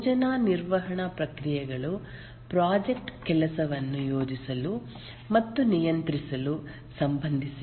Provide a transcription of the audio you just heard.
ಯೋಜನಾ ನಿರ್ವಹಣಾ ಪ್ರಕ್ರಿಯೆಗಳು ಪ್ರಾಜೆಕ್ಟ್ ಕೆಲಸವನ್ನು ಯೋಜಿಸಲು ಮತ್ತು ನಿಯಂತ್ರಿಸಲು ಸಂಬಂಧಿಸಿವೆ